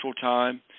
Time